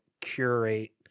curate